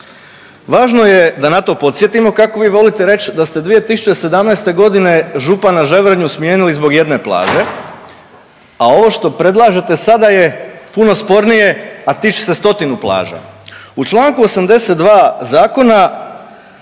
Važno je da na to podsjetimo kako vi volite reći da ste 2017. godine župana Ževrnju smijenili zbog jedne plaže, a ovo što predlažete sada je puno spornije, a tiče se stotinu plaža. U Članku 82. zakona